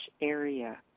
area